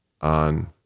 on